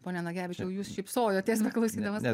pone nagevičiau jūs šypsojotės beklausydamas